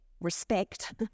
respect